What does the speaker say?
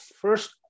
First